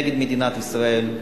נגד מדינת ישראל,